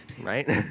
Right